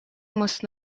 most